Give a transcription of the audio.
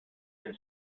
been